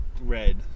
red